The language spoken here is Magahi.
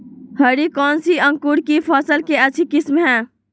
हरी कौन सी अंकुर की फसल के अच्छी किस्म है?